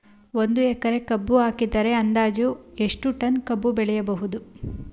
ಒಂದು ಎಕರೆ ಕಬ್ಬು ಹಾಕಿದರೆ ಅಂದಾಜು ಎಷ್ಟು ಟನ್ ಕಬ್ಬು ಬೆಳೆಯಬಹುದು?